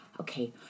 okay